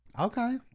Okay